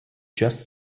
just